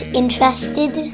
interested